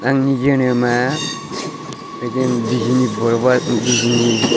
आंनि जोनोमा ओजों बिजनि बर'बाजार बिजिनि